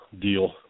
deal